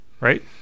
Right